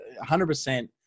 100%